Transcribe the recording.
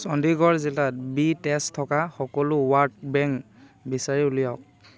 চণ্ডীগড় জিলাত বি তেজ থকা সকলো ব্লাড বেংক বিচাৰি উলিয়াওক